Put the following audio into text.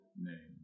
name